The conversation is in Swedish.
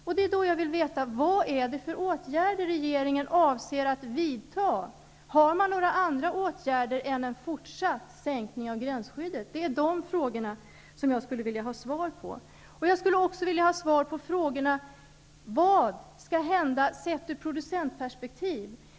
Då vill jag veta: Vad är det för åtgärder regeringen avser att vidta? Har man några andra åtgärder att ta till än en fortsatt sänkning av gränsskyddet? De frågorna skulle jag vilja ha svar på. Jag skulle också vilja ha svar på frågan: Vad skall hända, sett ur producentperspektiv?